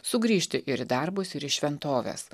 sugrįžti ir į darbus ir į šventoves